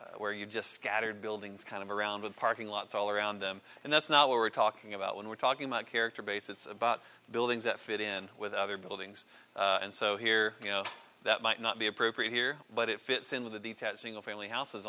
like where you just scattered buildings kind of around the parking lots all around them and that's not what we're talking about when we're talking about character based it's about buildings that fit in with other buildings and so here that might not be appropriate here but it fits in with a detached single family houses